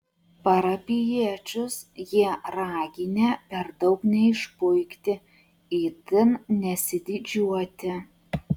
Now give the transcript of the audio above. parapijiečius jie raginę per daug neišpuikti itin nesididžiuoti